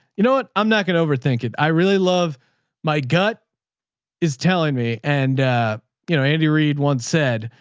you know what? i'm not gonna overthink it. i really love my gut is telling me. and you know, andy reed once said,